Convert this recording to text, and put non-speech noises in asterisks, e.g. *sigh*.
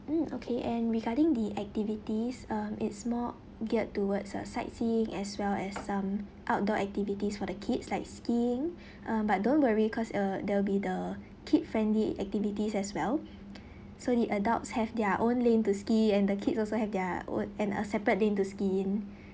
mm okay and regarding the activities um it's more geared towards uh sightseeing as well as some outdoor activities for the kids like skiing *breath* uh but don't worry cause uh there will be the kid friendly activities as well *breath* so the adults have their own lane to ski and the kids also have their own and a separate lane to the ski in